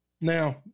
now